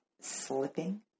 slipping